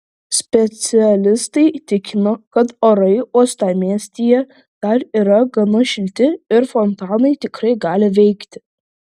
specialistai tikino kad orai uostamiestyje dar yra gana šilti ir fontanai tikrai gali veikti